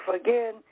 Again